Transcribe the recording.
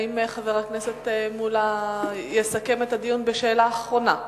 האם חבר מולה יסכם את הדיון בשאלה אחרונה?